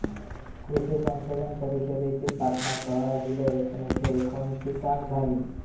कृषी संशोधन परिषदेची स्थापना सोळा जुलै एकोणीसशे एकोणतीसाक झाली